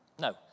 No